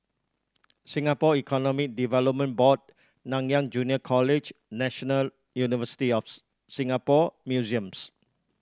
Singapore Economic Development Board Nanyang Junior College National University of Singapore Museums